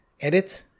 edit